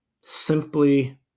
simply